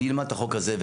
אני אלמד את החוק הזה.